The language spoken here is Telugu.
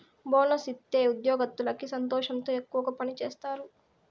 బోనస్ ఇత్తే ఉద్యోగత్తులకి సంతోషంతో ఎక్కువ పని సేత్తారు